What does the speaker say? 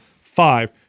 five